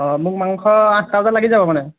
অঁ মোক মাংস আঠটা বজাত লাগি যাব মানে